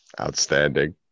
Outstanding